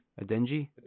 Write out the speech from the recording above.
Adenji